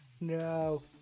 no